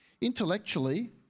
Intellectually